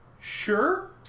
Sure